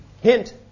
hint